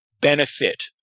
benefit